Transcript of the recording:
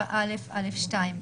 7א(א)(2),